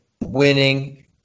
winning